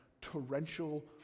torrential